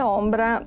ombra